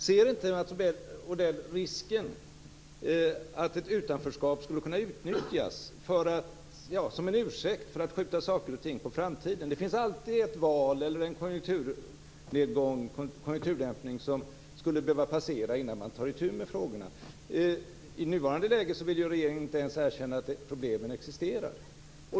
Ser inte Mats Odell risken att ett utanförskap skulle kunna utnyttjas som en ursäkt för att skjuta saker och ting på framtiden? Det finns alltid ett val eller en konjunkturdämpning som skulle behöva passera innan man tar itu med frågorna. I nuvarande läge vill regeringen inte ens erkänna att problemen existerar.